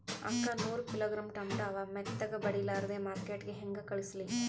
ಅಕ್ಕಾ ನೂರ kilogram tomato ಅವ, ಮೆತ್ತಗಬಡಿಲಾರ್ದೆ ಮಾರ್ಕಿಟಗೆ ಹೆಂಗ ಕಳಸಲಿ?